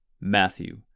Matthew